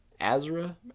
azra